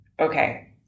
okay